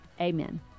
amen